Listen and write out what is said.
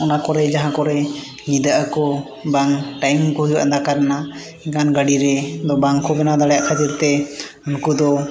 ᱚᱱᱟ ᱠᱚᱨᱮ ᱡᱟᱦᱟᱸ ᱠᱚᱨᱮ ᱧᱤᱫᱟᱹᱜ ᱟᱠᱚ ᱵᱟᱝ ᱴᱟᱹᱭᱤᱢ ᱠᱚ ᱦᱩᱭᱩᱜᱼᱟ ᱫᱟᱠᱟ ᱨᱮᱱᱟᱜ ᱮᱱᱠᱷᱟᱱ ᱜᱟᱹᱰᱤᱨᱮᱫᱚ ᱵᱟᱝᱠᱚ ᱵᱮᱱᱟᱣ ᱫᱟᱲᱮᱭᱟᱜ ᱠᱷᱟᱹᱛᱤᱨ ᱛᱮ ᱱᱩᱠᱩ ᱫᱚ